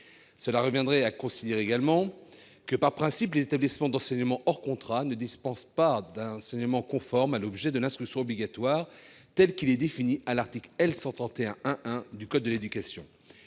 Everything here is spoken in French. Cela reviendrait également à considérer que, par principe, les établissements d'enseignement hors contrat ne dispensent pas un enseignement conforme à l'objet de l'instruction obligatoire telle qu'elle est définie à l'article L. 131-1-1 du code de l'éducation.